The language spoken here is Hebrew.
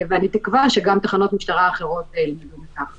ואני תקווה שגם תחנות משטרה אחרות ילמדו מכך.